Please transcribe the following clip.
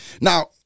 Now